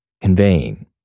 conveying